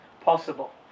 possible